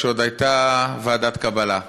כשעוד הייתה ועדת קבלה,